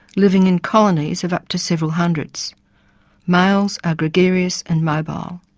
living in colonies of up to several hundred birds. males are gregarious and mobile.